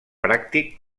pràctic